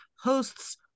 hosts